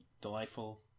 delightful